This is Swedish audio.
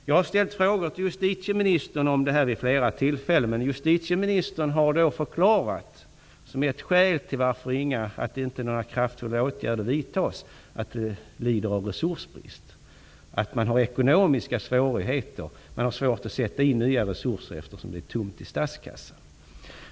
Jag har ställt frågor till justitieministern om det här vid flera tillfällen, men hon har då förklarat -- som ett skäl till att inte några kraftfulla åtgärder vidtas -- att man lider resursbrist, att man har ekonomiska svårigheter, att det är svårt att sätta in nya resurser eftersom det är tomt i statskassan.